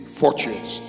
fortunes